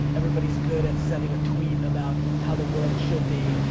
everybody's good at sending a tweet about how the world should be,